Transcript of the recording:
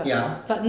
ya